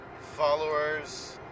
followers